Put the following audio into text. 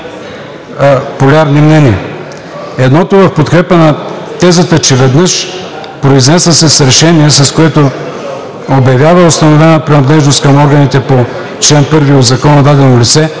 полярни мнения. Едното в подкрепа на тезата, че веднъж произнесла се с решение, с което обявява установена принадлежност към органите по чл. 1 от Закона на дадено лице,